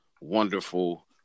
wonderful